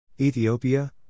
Ethiopia